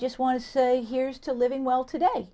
just want to say here's to living well today